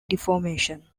deformation